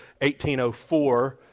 1804